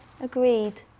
agreed